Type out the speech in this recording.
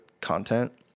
content